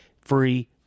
free